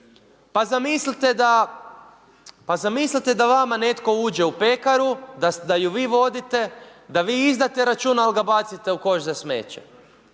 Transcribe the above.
Pa zamislite da vama netko uđe u pekaru, da ju vi vodite, da vi izdate račun al ga bacite u koš za smeće.